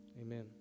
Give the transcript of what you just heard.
Amen